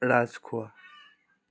Rajkhowa